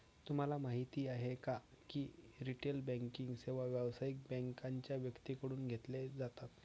तुम्हाला माहिती आहे का की रिटेल बँकिंग सेवा व्यावसायिक बँकांच्या व्यक्तींकडून घेतली जातात